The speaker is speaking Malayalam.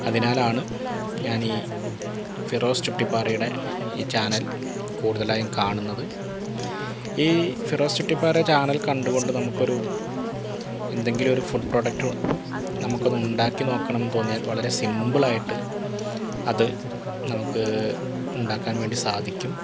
അതിനാലാണ് ഞാനീ ഫിറോസ് ചുട്ടിപ്പാറയുടെ ഈ ചാനല് കൂടുതലായും കാണുന്നത് ഈ ഫിറോസ് ചുട്ടിപ്പാറ ചാനല് കണ്ടുകൊണ്ട് നമുക്കൊരു എന്തെങ്കിലൊരു ഫുഡ് പ്രോടക്റ്റ് നമുക്ക് ഉണ്ടാക്കി നോക്കണമെന്ന് തോന്നിയാല് വളരെ സിമ്പിളായിട്ട് അത് നമുക്ക് ഉണ്ടാക്കാൻ വേണ്ടി സാധിക്കും